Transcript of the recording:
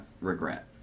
regret